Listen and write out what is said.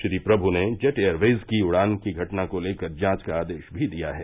श्री प्रमु ने Jet Airways की उड़ान की घटना को लेकर जांच का आदेश भी दिया है